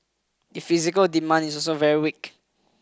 the physical demand is also very weak